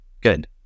good